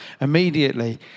immediately